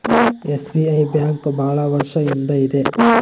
SBI bank ಭಾಳ ವರ್ಷ ಇಂದ ಇದೆ